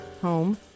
home